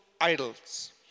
idols